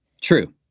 True